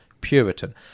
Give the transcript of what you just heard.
Puritan